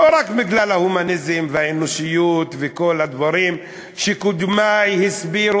לא רק בגלל ההומניזם והאנושיות וכל הדברים שקודמי הסבירו,